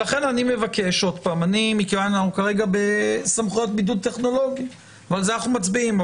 כרגע אנחנו בסמכויות בידוד טכנולוגי ועל זה אנחנו מצביעים.